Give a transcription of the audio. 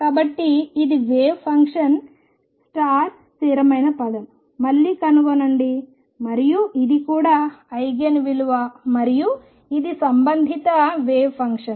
కాబట్టి ఇది wave function స్థిరమైన పదం మళ్లీ కనుగొనండి మరియు ఇది కూడా ఐగెన్ విలువ మరియు ఇది సంబంధిత వేవ్ ఫంక్షన్